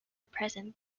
present